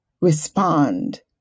respond